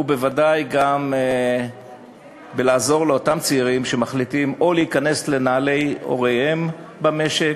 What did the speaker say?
ובוודאי גם בעזרה לאותם צעירים שמחליטים או להיכנס לנעלי הוריהם במשק,